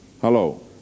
Hello